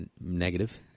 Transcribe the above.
Negative